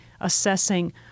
assessing